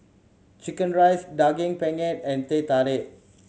chicken rice Daging Penyet and Teh Tarik